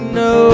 no